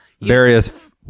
various